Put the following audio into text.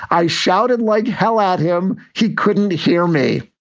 i shouted like hell at him. he couldn't hear me.